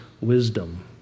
wisdom